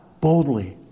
boldly